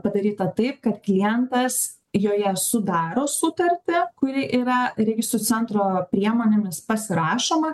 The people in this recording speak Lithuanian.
padaryta taip kad klientas joje sudaro sutartį kuri yra registrų centro priemonėmis pasirašoma